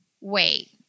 wait